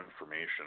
information